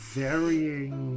varying